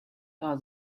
are